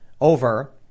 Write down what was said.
over